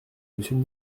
monsieur